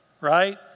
right